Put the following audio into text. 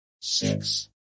six